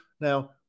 Now